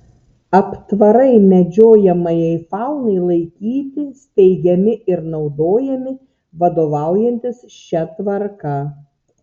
aptvarai medžiojamajai faunai laikyti steigiami ir naudojami vadovaujantis šia tvarka